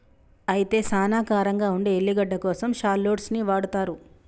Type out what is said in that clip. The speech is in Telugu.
అయితే సానా కారంగా ఉండే ఎల్లిగడ్డ కోసం షాల్లోట్స్ ని వాడతారు